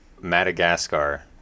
Madagascar